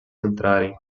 entrarem